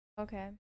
Okay